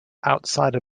outside